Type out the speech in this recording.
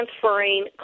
transferring